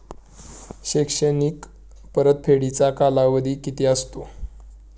शैक्षणिक परतफेडीचा कालावधी किती असतो?